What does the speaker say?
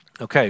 Okay